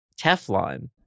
Teflon